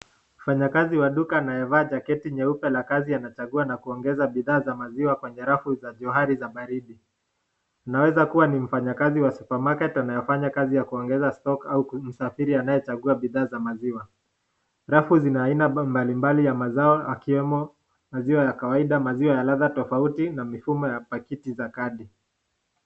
Mfanyekazi wa duka anayevaa [jacket] nyeupe la kazi anachagua na kuongeza bidhaa za maziwa kwenye rafu za johari za baridi. Inaeza kua, ni mfanyekazi wa [supermarket] anayefanya kazi kuongeza [stock] kwa msafiri anaye ongezaa bidhaa za maziwa. Alafu zina aina mbali mbali za mazao ikiwezo